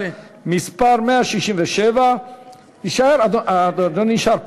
מס' 167. אדוני נשאר פה,